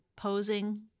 Posing